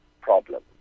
problem